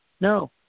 No